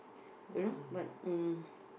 you know but mm